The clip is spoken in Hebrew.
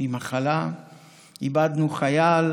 איבדנו חייל